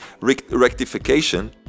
rectification